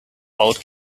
old